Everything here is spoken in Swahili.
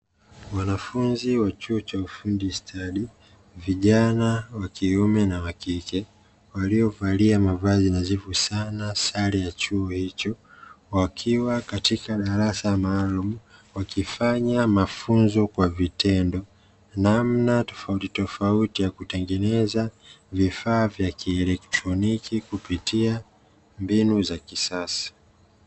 Wanafunzi wa chuo cha ufundi stadi (vijana wa kiume na wa kike) waliovalia mavazi nadhifu sana; sare ya chuo hicho, wakiwa katika darasa maalumu wakifanya mafunzo kwa vitendo namna tofautitofauti ya kutengeneza vifaa vya kielektroniki kupitia mbinu za kisasa.